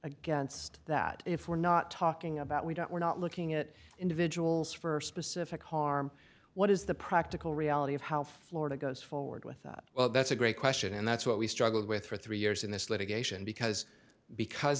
against that if we're not talking about we don't we're not looking at individuals for specific harm what is the practical reality of how florida goes forward with that well that's a great question and that's what we struggled with for three years in this litigation because because